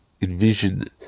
envision